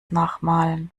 nachmalen